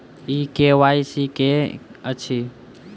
ई KYC की अछि?